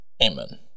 Amen